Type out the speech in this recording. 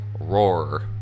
Roar